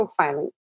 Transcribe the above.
profiling